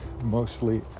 mostly